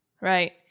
right